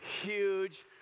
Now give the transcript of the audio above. huge